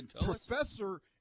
Professor